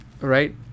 right